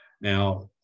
Now